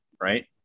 right